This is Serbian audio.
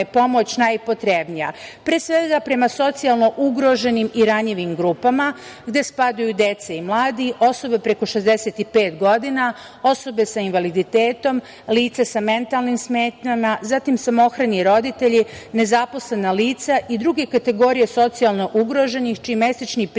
pomoć najpotrebnija, pre svega prema socijalno ugroženim i ranjivim grupama, gde spadaju deca i mladi, osobe preko 65 godina, osobe sa invaliditetom, lica sa mentalnim smetnjama, zatim samohrani roditelji, nezaposlena lica i druge kategorije socijalno ugroženih čiji mesečni prihodi